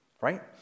right